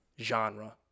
genre